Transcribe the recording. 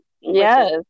Yes